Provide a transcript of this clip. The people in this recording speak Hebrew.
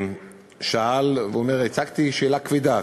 שאל ואמר: הצגתי שאלה כבדה,